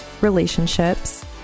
relationships